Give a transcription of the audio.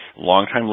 Longtime